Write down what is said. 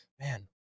man